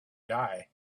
die